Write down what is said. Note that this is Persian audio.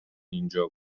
اینجا